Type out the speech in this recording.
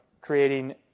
creating